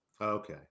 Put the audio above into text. Okay